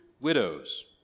widows